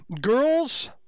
girls